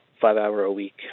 five-hour-a-week